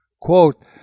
quote